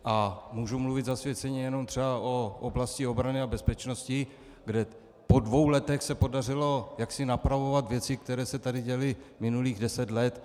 A můžu mluvit zasvěceně jenom třeba o oblasti obrany a bezpečnosti, kde po dvou letech se podařilo napravovat věci, které se tady děly minulých deset let.